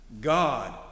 God